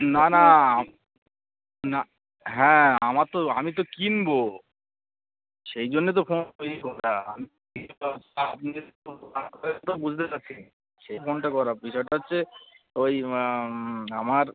না না না হ্যাঁ আমার তো আমি তো কিনবো সেই জন্যে তো ফোন আমি বুঝতে পারছি সেই ফোনটা করা বিষয়টা হচ্ছে ওই আমার